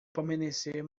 permanecer